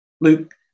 Luke